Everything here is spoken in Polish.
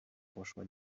poszła